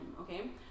okay